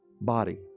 body